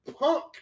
punk